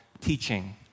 teaching